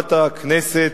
חברת הכנסת,